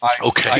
Okay